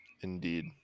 Indeed